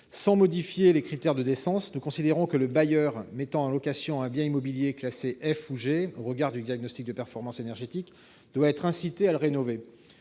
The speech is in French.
Sans modifier les critères de décence, nous considérons que le bailleur mettant en location un bien immobilier classé F ou G au regard du diagnostic de performance énergétique doit être incité à le rénover.